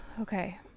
Okay